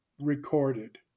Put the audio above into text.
recorded